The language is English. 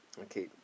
okay